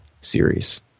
series